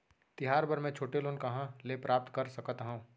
तिहार बर मै छोटे लोन कहाँ ले प्राप्त कर सकत हव?